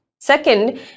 second